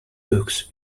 books